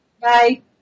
Bye